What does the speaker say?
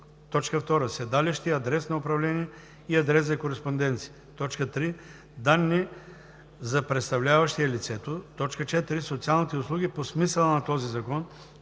т. 2; 2. седалище, адрес на управление и адрес за кореспонденция; 3. данни за представляващия лицето; 4. социалните услуги по смисъла на този закон,